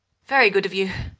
very good of you.